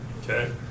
Okay